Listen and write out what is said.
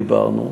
דיברנו,